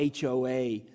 HOA